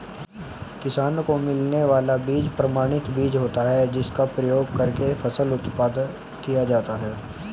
किसानों को मिलने वाला बीज प्रमाणित बीज होता है जिसका प्रयोग करके फसल उत्पादन किया जाता है